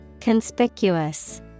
conspicuous